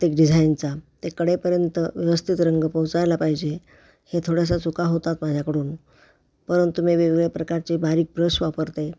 प्रत्येक डिझाईनचा ते कडेपर्यंत व्यवस्थित रंग पोहोचायला पाहिजे हे थोड्याशा चुका होतात माझ्याकडून परंतु मी वेगवेगळ्या प्रकारचे बारीक ब्रश वापरते